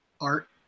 art